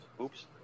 Oops